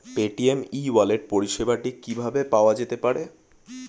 Paytm e wallet পরিষেবাটি কিভাবে পাওয়া যেতে পারে?